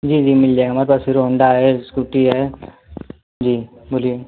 जी जी मिल जाएगा हमारे पास हेरो होंडा है स्कूटी है जी बोलिए